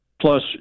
plus